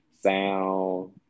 sound